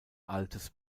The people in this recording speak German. altes